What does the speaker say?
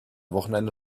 wochenende